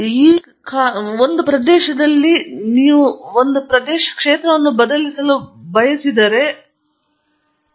ನಂತರ ಆಶಾದಾಯಕವಾಗಿ ಇದು ಪ್ರಸ್ತುತ ಉದ್ಯೋಗದ ಅಪೇಕ್ಷೆಗೆ ಅಲ್ಲ ದುರದೃಷ್ಟವಶಾತ್ ಈ ಕಾರಣದಿಂದ ನಮ್ಮ ಸಂಶೋಧನಾ ವಿದ್ವಾಂಸರ ಗಣನೀಯ ಭಾಗವು ಬರುತ್ತಿದೆ